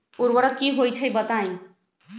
उर्वरक की होई छई बताई?